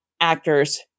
actors